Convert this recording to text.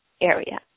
area